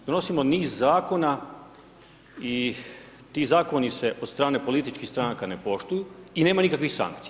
Donosimo niz Zakona i ti Zakoni se od strane političkih stranaka, ne poštuju, i nema nikakvih sankcija.